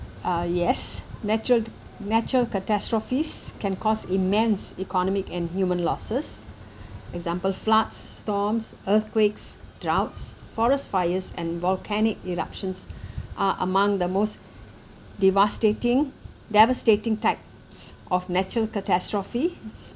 uh yes natural natural catastrophes can cause immense economic and human losses example floods storms earthquakes droughts forest fires and volcanic eruptions are among the most devastating devastating types of natural catastrophes